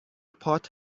پات